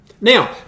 Now